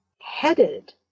headed